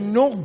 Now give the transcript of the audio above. no